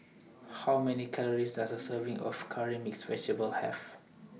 How Many Calories Does A Serving of Curry Mixed Vegetable Have